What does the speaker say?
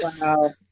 Wow